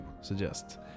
suggest